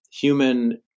human